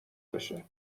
بشه